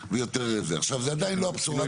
זו עדיין לא הבשורה.